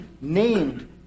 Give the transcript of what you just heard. named